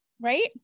Right